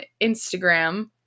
Instagram